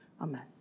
Amen